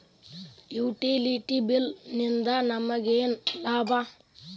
Utility bill ನಿಂದ್ ನಮಗೇನ ಲಾಭಾ?